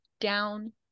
down